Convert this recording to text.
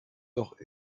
doch